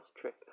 trick